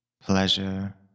pleasure